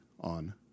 on